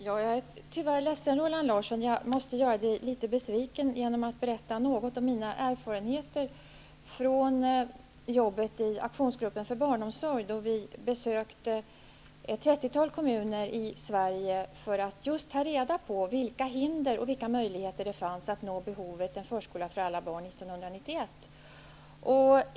Fru talman! Jag är ledsen att jag måste göra Roland Larsson litet besviken genom att berätta något om mina erfarenheter från jobbet i Aktionsgruppen för barnomsorg. Vi besökte ett 30-tal kommuner i Sverige för att ta reda på vilka hinder och vilka möjligheter det fanns på vägen att nå målet en förskola för alla barn 1991.